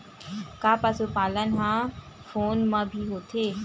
का पशुपालन ह फोन म भी होथे?